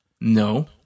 No